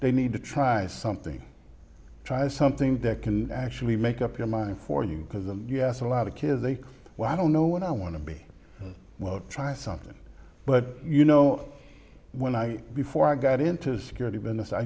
they need to try something try something that can actually make up your mind for you because them you have a lot of kids they well i don't know what i want to be trying something but you know when i before i got into the security business i